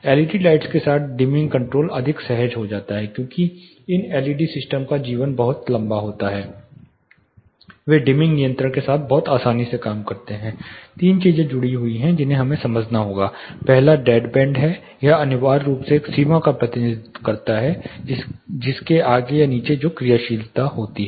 LED lights के साथ dimming control अधिक सहज हो जाता है क्योंकि इन एलईडी सिस्टम का जीवन बहुत लंबा होता है वे डिमिंग नियंत्रण के साथ बहुत आसानी से काम करते हैं 3 चीजें जुड़ी हुई हैं जिन्हें हमें समझना होगा कि पहला डैड बैंड है यह अनिवार्य रूप से एक सीमा का प्रतिनिधित्व करता है जिसके आगे या नीचे जो क्रियाशीलता होती है